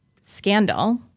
scandal